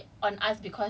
um my school is that